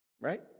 Right